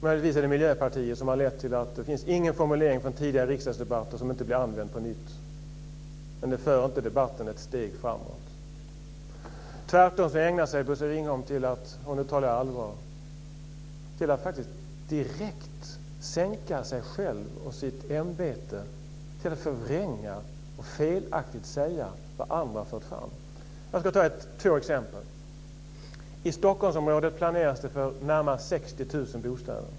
Möjligtvis är det Miljöpartiet som har lett till att det inte finns någon formulering från en tidigare riksdagsdebatt som inte blir använd på nytt, men det för inte debatten ett steg framåt. Tvärtom ägnar sig Bosse Ringholm åt att - och nu talar jag allvar - faktiskt direkt sänka sig själv och sitt ämbete till att förvränga och felaktigt säga vad andra har fört fram. Jag ska ta två exempel. I Stockholmsområdet planeras det för närmare 60 000 nya bostäder.